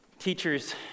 Teachers